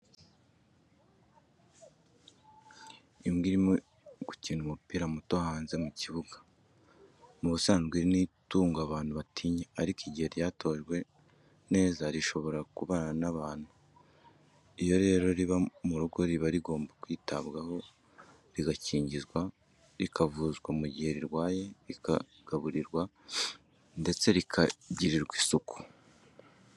Imbwa irimo gukina umupira muto hanze mu kibuga, mu busanzwe iri ni itungo abantu batinya, ariko igihe ryatojwe neza rishobora kubana n'abantu. Iyo rero riba mu rugo riba rigomba kwitabwaho rigakingizwa rikavuzwa mu gihe rirwaye rikagaburirwa ndetse rikagirirwa isuku.